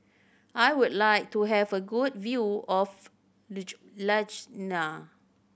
I would like to have a good view of Ljubljana